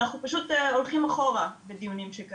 אנחנו פשוט הולכים אחורה בדיונים מסוג